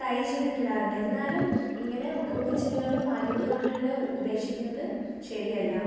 tie ചെയ്തിട്ടിടാറുണ്ട് എന്നാലും ഇങ്ങനെ കുപ്പിച്ചില്ലുകൾ മാലിന്യങ്ങളുടെ കൂടെ ഉപേക്ഷിക്കുന്നത് ശരിയല്ല